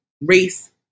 race